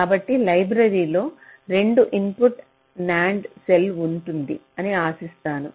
కాబట్టి లైబ్రరీలో 2 input NAND cell ఉంటుందని ఆశిస్తున్నాను